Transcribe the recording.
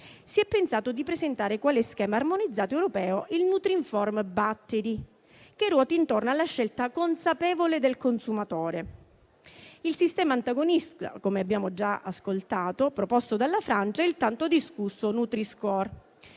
si è pensato di presentare quale schema armonizzato europeo il nutrinform battery, che ruota intorno alla scelta consapevole del consumatore. Il sistema antagonista, come abbiamo già ascoltato, proposto dalla Francia, è il tanto discusso nutri-score,